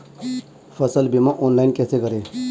फसल बीमा ऑनलाइन कैसे करें?